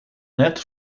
net